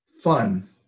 fun